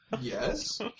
Yes